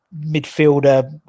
midfielder